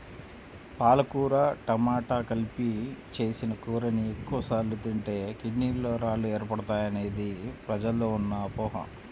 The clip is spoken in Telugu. పాలకూర టమాట కలిపి చేసిన కూరని ఎక్కువ సార్లు తింటే కిడ్నీలలో రాళ్లు ఏర్పడతాయనేది ప్రజల్లో ఉన్న అపోహ